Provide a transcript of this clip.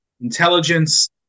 intelligence